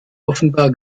offenbar